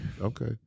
Okay